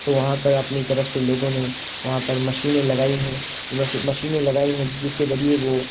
تو وہاں پر اپنی طرف سے لوگوں نے وہاں پر مشینیں لگائی ہیں مشینیں لگائی ہیں جس کے ذریعے وہ